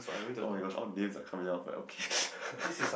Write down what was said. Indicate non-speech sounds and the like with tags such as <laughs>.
!oh my gosh! all names are coming out but okay <laughs>